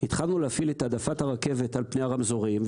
התחלנו להפעיל את העדפת הרכבת על פני הרמזורים,